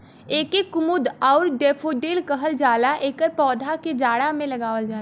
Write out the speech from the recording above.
एके कुमुद आउर डैफोडिल कहल जाला एकर पौधा के जाड़ा में लगावल जाला